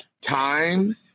Time